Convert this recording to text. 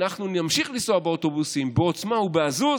אנחנו נמשיך לנסוע באוטובוסים בעוצמה ובעזוז,